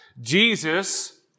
Jesus